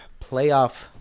playoff